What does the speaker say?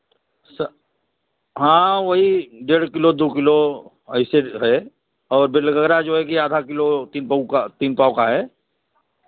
हाँ हाँ वही डेढ़ किलो दो किलो ऐइसे है और बिल वगैरह जो है कि आधा किलो तीन पौ का तीन पाव का है